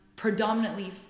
predominantly